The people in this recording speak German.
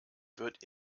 wird